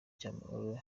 cy’amahoro